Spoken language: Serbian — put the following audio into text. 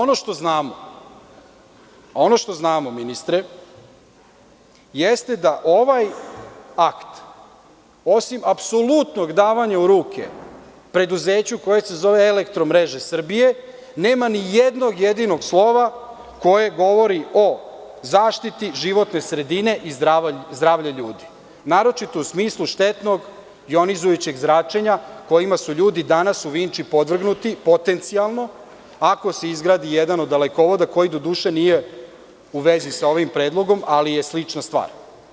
Ono što znamo, ministre, jeste da ovaj akt, osim apsolutnog davanja u ruke preduzeću koje se zove „Elektromreže Srbije“, nema ni jednog jedinog slova koje govori o zaštiti životne sredine i zdravlja ljudi, naročito u smislu štetnog jonizujućeg zračenja, kojima su ljudi danas u Vinči podvrgnuti, potencijalno, ako se izgradi jedan od dalekovoda, koji doduše nije u vezi sa ovim predlogom, ali je slična stvar.